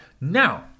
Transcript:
Now